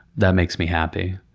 that makes me happy.